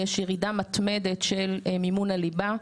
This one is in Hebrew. יש ירידה מתמדת של מימון הליבה.